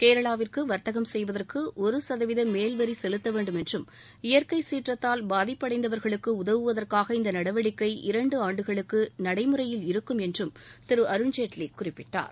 கேரளாவிற்கு வர்த்தகம் செய்வதற்கு ஒரு சதவீத மேல் வரி செலுத்த வேண்டும் என்றும் இயற்கை சீற்றத்தால் பாதிப்படைந்தவர்களுக்கு உதவுவதற்காக இந்த நடவடிக்கை இரண்டு ஆண்டுகளுக்கு நடைமுறையில் இருக்கும் என்றும் திரு அருண்ஜேட்லி குறிப்பிட்டார்